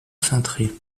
cintré